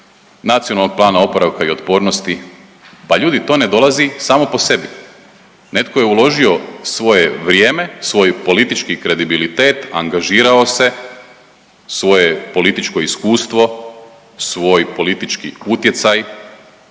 Nacionalnog plana oporavka i otpornosti, pa ljudi to ne dolazi samo po sebi. Netko je uložio svoje vrijeme, svoj politički kredibilitet, angažirao se, svoje političko iskustvo, svoj politički utjecaj